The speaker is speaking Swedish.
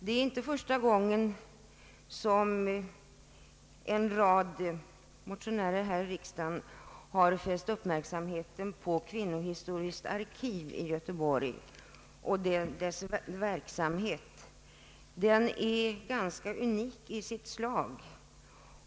Det är inte första gången som en rad motionärer här i riksdagen har fäst uppmärksamheten på verksamheten vid Kvinnobhistoriskt arkiv i Göteborg. Denna verksamhet är ganska unik i sitt slag.